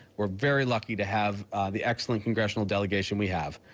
are very lucky to have the excellent congressional delegation we have.